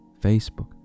Facebook